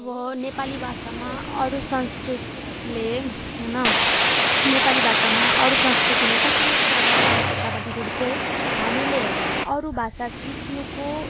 अब नेपाली भाषामा अरू संस्कृतिले होइन नेपाली भाषामा अरू संस्कृतिले कसरी प्रभाव परेको छ भन्दाखेरि चाहिँ हामीले अरू भाषा सिक्नुको